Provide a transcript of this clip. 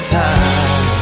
time